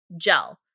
gel